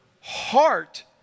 heart